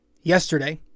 yesterday